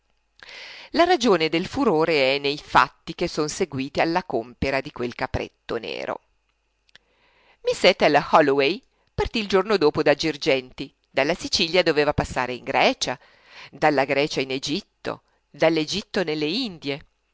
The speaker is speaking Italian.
la ragione del furore è nei fatti che son seguiti alla compera di quel capretto nero miss ethel holloway partì il giorno dopo da girgenti dalla sicilia doveva passare in grecia dalla grecia in egitto dall'egitto nelle indie